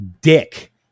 dick